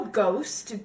ghost